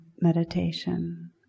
meditation